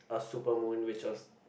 a super moon which was